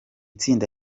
tsinda